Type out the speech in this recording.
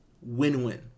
Win-win